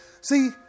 See